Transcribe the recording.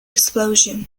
explosion